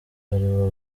aribo